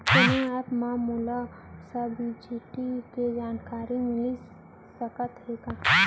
कोनो एप मा मोला सब्सिडी के जानकारी मिलिस सकत हे का?